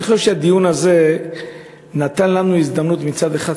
אני חושב שהדיון הזה נתן לנו הזדמנות מצד אחד,